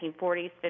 1940s